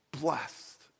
blessed